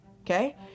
okay